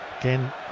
again